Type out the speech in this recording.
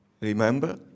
Remember